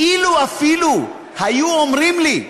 אילו אפילו היו אומרים לי: